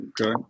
Okay